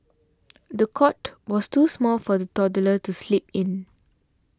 the cot was too small for the toddler to sleep in